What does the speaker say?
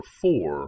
four